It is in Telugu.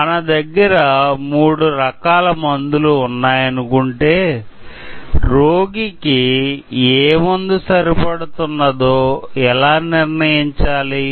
మన దగ్గర మూడు రకాల మందులు ఉన్నాయనుకుంటే రోగికి ఏ మందు సరిపడుతుందనో ఎలా నిర్ణయించాలి